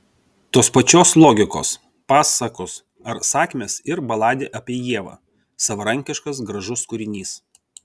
tos pačios logikos pasakos ar sakmės ir baladė apie ievą savarankiškas gražus kūrinys